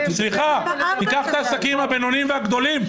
קח את העסקים הבינוניים והגדולים,